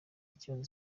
ikibazo